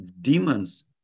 demons